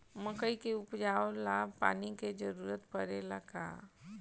मकई के उपजाव ला पानी के जरूरत परेला का?